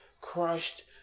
crushed